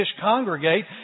congregate